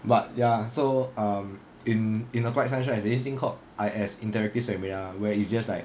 but ya so um in in applied science there's this thing called I_S interactive seminar where it's just like